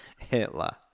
Hitler